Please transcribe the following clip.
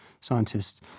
scientists